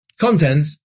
content